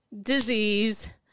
disease